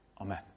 amen